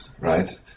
right